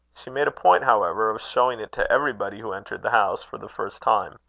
she made a point, however, of showing it to everybody who entered the house for the first time.